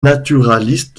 naturaliste